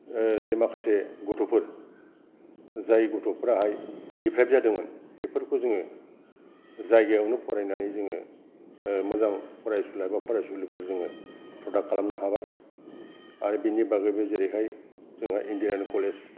जे माखासे गथ'फोर जाय गथ'फोराहाय दिप्रायभ जादोंमोन बेफोरखौ जोङो जायगायावनो फरायनानै जोङो मोजां फरायसुला बा फरायसुलिफोर जोङो प्रदाक्त खालामनो हाबाय आरो बेनि बागैबो जेरैहाय जोंहा इन्जिनियारिं कलेज